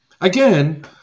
Again